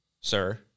sir